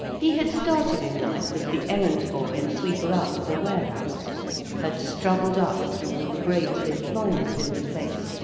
he had started in life as the errand-boy and sweeper-out of a warehouse had struggled up through all the grades of employment in the place,